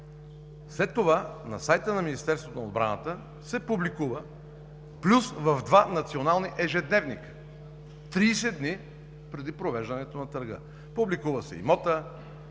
публикува на сайта на Министерството на отбраната плюс в два национални ежедневника 30 дни преди провеждането на търга. Публикува се имотът